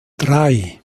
drei